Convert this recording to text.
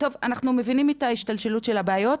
אנחנו מבינים את ההשתלשלות של הבעיות,